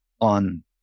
on